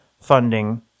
funding